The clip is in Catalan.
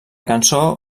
cançó